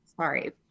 Sorry